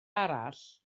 arall